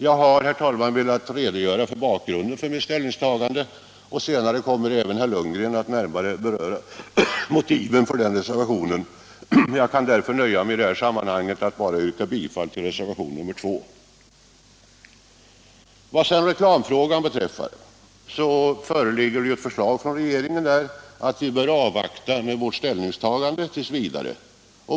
Jag har, herr talman, velat redogöra för bakgrunden till mitt ställningstagande. Senare kommer även herr Lundgren att närmare beröra motiven för reservationen. Jag kan därför nöja mig med, i det här sammanhanget, att yrka bifall till reservationen 2. Vad sedan reklamfrågan beträffar föreligger förslag från regeringen att vi skall avvakta med vårt ställningstagandet. v.